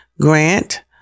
grant